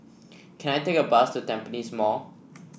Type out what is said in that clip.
can I take a bus to Tampines Mall